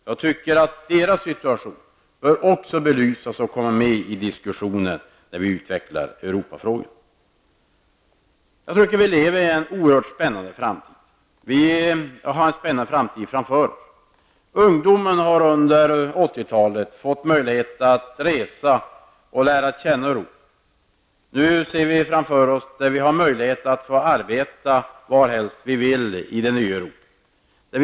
Jag tycker att deras situation också bör belysas och komma med i diskussionen när vi utvecklar Vi har en oerhört spännande tid framför oss. Ungdomen har under 80-talet fått möjligheter att resa och lära känna Europa. Nu ser vi framför oss möjligheter att arbeta varhelst vi vill i det nya Europa.